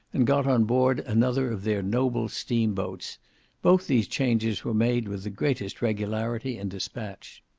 and got on board another of their noble steam-boats both these changes were made with the greatest regularity and dispatch.